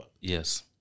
Yes